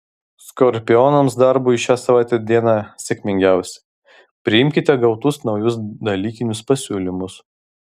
skorpionams darbui šią savaitę diena sėkmingiausia priimkite gautus naujus dalykinius pasiūlymus